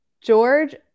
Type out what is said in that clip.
George